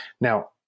Now